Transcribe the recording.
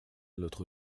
l’autre